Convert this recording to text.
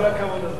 כל הכבוד, אדוני.